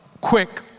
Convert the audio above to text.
quick